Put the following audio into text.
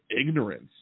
ignorance